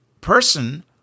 person